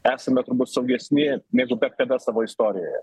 esame saugesni negu bet kada savo istorijoje